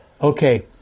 Okay